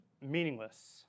meaningless